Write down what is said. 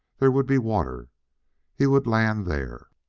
there would be water he would land there!